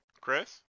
Chris